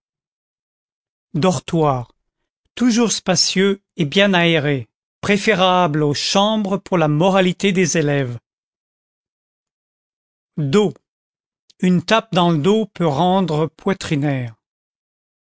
dortoirs toujours spacieux et bien aérés préférables aux chambres pour la moralité des élèves dos une tape dans le dos peut rendre poitrinaire